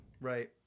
right